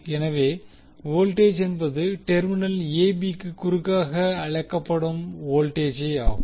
எனவே வோல்டேஜ் என்பது terminal a b க்கு குறுக்காக அளக்கப்படும் வோல்ட்டேஜெயாகும்